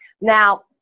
Now